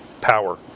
power